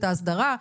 את ההסדרה,